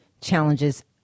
challenges